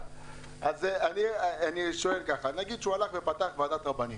נגיד שהוא פתח ועדת רבנים